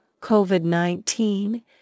COVID-19